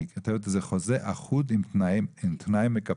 היא כותבת שזה חוזה אחיד עם תנאי מקפח.